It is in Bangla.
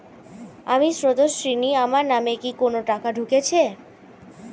আমি স্রোতস্বিনী, আমার নামে কি কোনো টাকা ঢুকেছে?